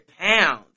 pounds